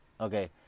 okay